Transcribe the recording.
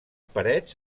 parets